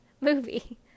movie